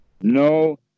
no